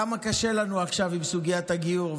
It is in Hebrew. כמה קשה לנו עכשיו עם סוגיית הגיור,